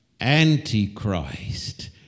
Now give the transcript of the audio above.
Antichrist